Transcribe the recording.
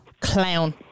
clown